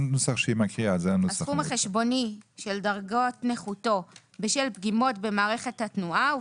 הסכום חשבונו של דגות נכותו בשל פגימות במערכת התנועה,